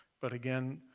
but, again,